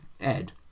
Ed